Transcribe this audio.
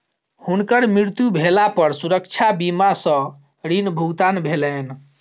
हुनकर मृत्यु भेला पर सुरक्षा बीमा सॅ ऋण भुगतान भेलैन